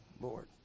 Lord